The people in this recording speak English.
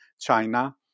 China